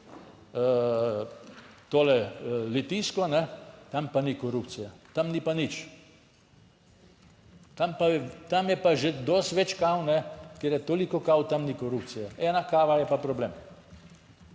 Tole Litijsko, tam pa ni korupcije? Tam ni pa nič? Tam je pa že dosti več kav? Ker je toliko kav, tam ni korupcije? Ena kava je pa problem?